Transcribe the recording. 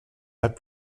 pas